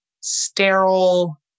sterile